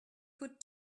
could